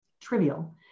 trivial